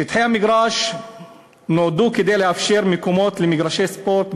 שטחי המגרש נועדו לאפשר מקומות למגרשי ספורט,